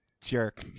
jerk